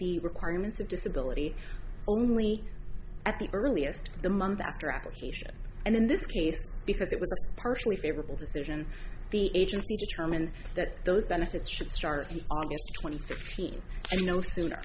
the requirements of disability only at the earliest the month after application and in this case because it was partially favorable decision the agency determined that those benefits should start august twenty fifteen you know sooner